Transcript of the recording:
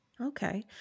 Okay